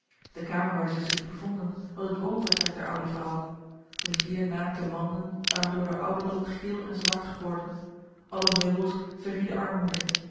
de kamer waar zij zich bevonden was het woonvertrek der oude vrouw de vier naakte wanden waren door den ouderdom geel george een ongeluksvogel en zwart geworden alle meubels verrieden armoede